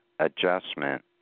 Adjustment